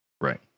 Right